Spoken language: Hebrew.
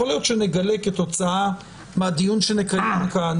יכול להיות שנגלה כתוצאה מהדיון שנקיים כאן,